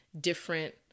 different